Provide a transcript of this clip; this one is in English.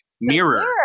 Mirror